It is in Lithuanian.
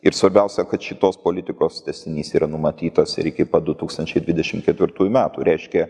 ir svarbiausia kad šitos politikos tęsinys yra numatytas ir iki pat du tūkstančiai dvidešim ketvirtųjų metų reiškia